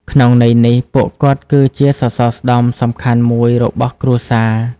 ក្នុងន័យនេះ ពួកគាត់គឺជាសរសរស្តម្ភសំខាន់មួយរបស់គ្រួសារ។